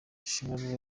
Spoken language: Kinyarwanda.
china